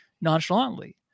nonchalantly